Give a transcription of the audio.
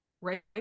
right